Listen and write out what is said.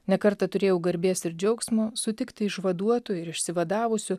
ne kartą turėjau garbės ir džiaugsmo sutikti išvaduotų ir išsivadavusių